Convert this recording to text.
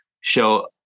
show